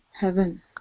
heaven